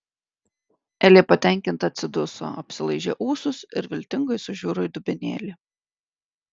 elė patenkinta atsiduso apsilaižė ūsus ir viltingai sužiuro į dubenėlį